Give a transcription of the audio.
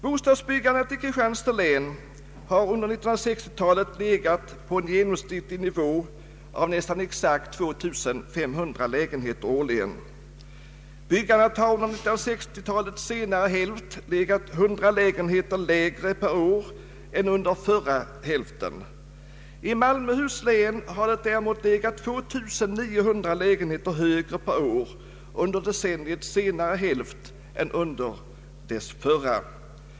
Bostadsbyggandet i Kristianstads län har under 1960-talet legat på en genomsnittlig nivå av nästan exakt 2500 lägenheter årligen. Byggandet har under 1960-talets senare hälft legat 100 lägenheter lägre per år än under förra hälften. I Malmöhus län har det däremot legat 2 900 lägenheter högre per år under decenniets senare hälft än under dess förra.